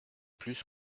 plus